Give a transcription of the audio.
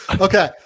Okay